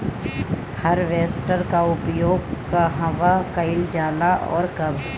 Harvester का उपयोग कहवा कइल जाला और कब?